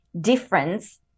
difference